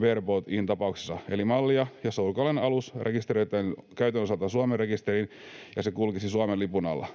bareboat-in‑tapauksessa, eli mallia, jossa ulkolainen alus rekisteröitäisiin käytön osalta Suomen rekisteriin ja se kulkisi Suomen lipun alla.